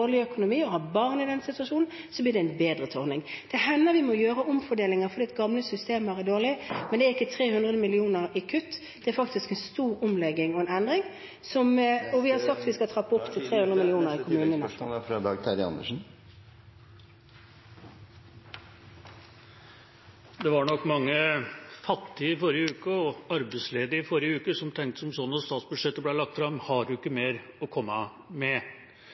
økonomi og har barn i den situasjonen, blir en bedret ordning. Det hender vi må gjøre omfordelinger fordi gamle systemer er dårlig, men det er ikke 300 mill. kr i kutt, det er faktisk en stor omlegging og en endring, og vi har sagt at vi skal trappe opp … Tiden er ute. Dag Terje Andersen – til oppfølgingsspørsmål. Det var nok mange fattige og arbeidsledige som i forrige uke, da statsbudsjettet ble lagt fram, tenkte: Har en ikke mer å komme med?